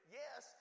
yes